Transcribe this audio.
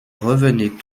revenait